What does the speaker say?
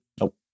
Nope